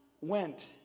went